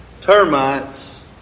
Termites